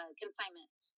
consignment